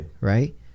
right